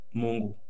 mungu